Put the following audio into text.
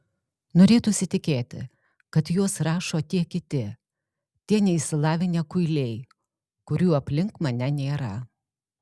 norėtųsi tikėti kad juos rašo tie kiti tie neišsilavinę kuiliai kurių aplink mane nėra